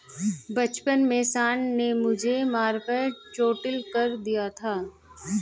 बचपन में सांड ने मुझे मारकर चोटील कर दिया था